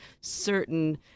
certain